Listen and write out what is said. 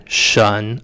shun